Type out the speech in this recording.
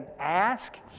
ask